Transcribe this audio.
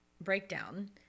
breakdown